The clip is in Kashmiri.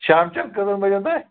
شامچَن کٔژَن بَجن تانۍ